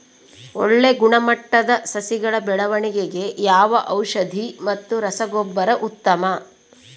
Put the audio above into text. ಒಳ್ಳೆ ಗುಣಮಟ್ಟದ ಸಸಿಗಳ ಬೆಳವಣೆಗೆಗೆ ಯಾವ ಔಷಧಿ ಮತ್ತು ರಸಗೊಬ್ಬರ ಉತ್ತಮ?